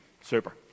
Super